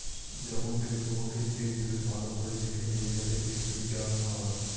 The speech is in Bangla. যখন কেউ তোমাকে চেক দেবে, ভালো করে দেখে নেবে যাতে চেকটি জাল না হয়